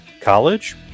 college